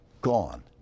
gone